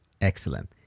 Excellent